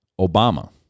Obama